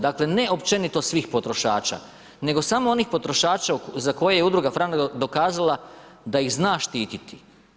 Dakle, ne općenito svih potrošača, nego samo onih potrošača, za koje je udruga Franak dokazala da ih zna štiti.